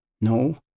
No